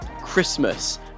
Christmas